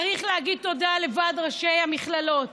צריך להגיד תודה לוועד ראשי המכללות,